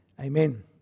Amen